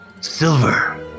Silver